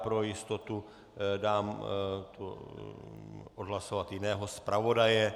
Pro jistotu dám odhlasovat jiného zpravodaje.